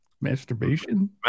Masturbation